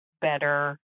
better